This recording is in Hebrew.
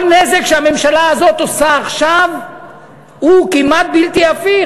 כל נזק שהממשלה הזאת עושה עכשיו הוא כמעט בלתי הפיך,